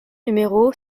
numéro